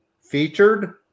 featured